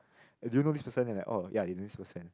eh do you know this person then they're like oh ya I know this person